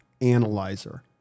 Analyzer